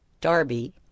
Darby